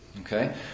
Okay